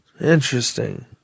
Interesting